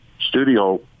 studio